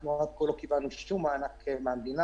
אנחנו עד כה לא קיבלנו שום מענק מהמדינה.